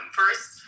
first